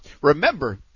remember